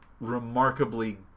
remarkably